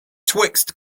twixt